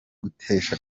gutesha